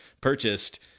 purchased